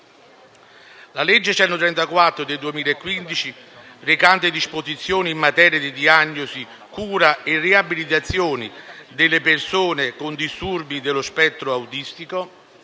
La legge n. 134 del 2015, recante disposizioni in materia di diagnosi, cura e riabilitazione delle persone con disturbi dello spettro autistico